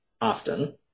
often